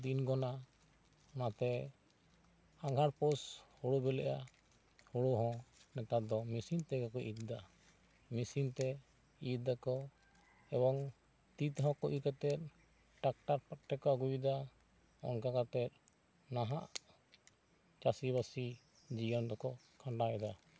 ᱫᱤᱱ ᱜᱚᱱᱟ ᱚᱱᱟ ᱛᱮ ᱟᱜᱷᱟᱸᱲ ᱯᱩᱥ ᱦᱳᱲᱳ ᱵᱤᱞᱤᱜᱼᱟ ᱦᱳᱲᱳ ᱫᱚ ᱱᱮᱛᱟᱨ ᱫᱚ ᱢᱤᱥᱤᱱ ᱛᱮ ᱠᱚ ᱤᱨ ᱮᱫᱟ ᱢᱤᱥᱤᱱ ᱛᱮ ᱤᱨ ᱫᱟᱠᱚ ᱮᱵᱚᱝ ᱛᱤ ᱛᱮᱦᱚᱸ ᱠᱚ ᱤᱨ ᱠᱟᱛᱮᱫ ᱴᱟᱠᱴᱟᱨ ᱠᱚᱛᱮ ᱠᱚ ᱟᱹᱜᱩᱭᱮᱫᱟ ᱚᱱᱠᱟ ᱠᱟᱛᱮᱫ ᱱᱟᱦᱟᱜ ᱪᱟᱹᱥᱤ ᱵᱟᱹᱥᱤ ᱡᱤᱭᱚᱱ ᱫᱚ ᱠᱚ ᱠᱷᱟᱱᱰᱟᱣ ᱮᱫᱟ